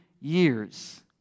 years